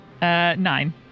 nine